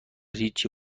هیچی